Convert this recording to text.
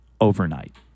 overnight